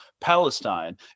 Palestine